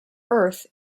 earth